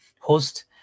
host